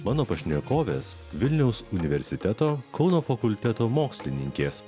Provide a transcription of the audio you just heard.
mano pašnekovės vilniaus universiteto kauno fakulteto mokslininkės